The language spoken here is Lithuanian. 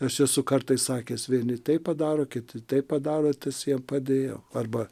aš esu kartais sakęs vieni taip padaro kiti taip padaro tas jam padėjo arba